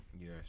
yes